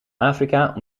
afrika